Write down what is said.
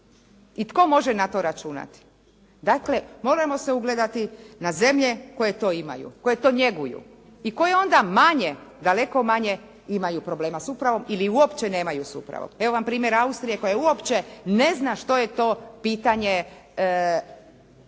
i tko može na to računati. Dakle moramo se ugledati na zemlje koje to imaju, koje to njeguju i koje onda manje, daleko manje imaju problema s upravom ili uopće nemaju s upravom. Evo vam primjer Austrije koja uopće nezna što je to pitanje